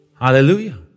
Hallelujah